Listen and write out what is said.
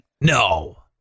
No